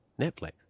Netflix